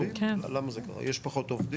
למה זה קרה, יש פחות עובדים?